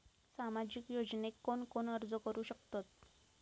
सामाजिक योजनेक कोण कोण अर्ज करू शकतत?